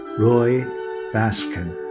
roy baskin.